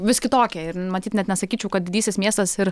vis kitokia ir matyt net nesakyčiau kad didysis miestas ir